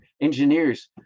engineers